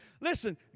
Listen